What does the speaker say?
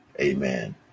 amen